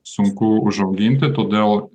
sunku užauginti todėl